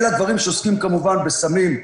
אלא דברים שעוסקים כמובן בסמים,